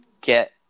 get